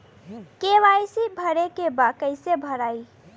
KYC भरे के बा कइसे भराई?